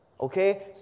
Okay